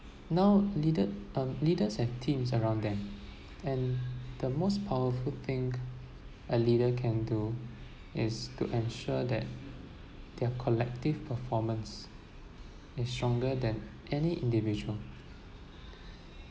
now leader um leaders have teams around them and the most powerful thing a leader can do is to ensure that their collective performance is stronger than any individual